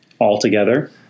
altogether